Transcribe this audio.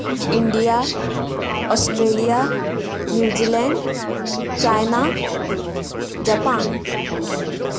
India Australia New Zealand China Japan